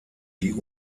die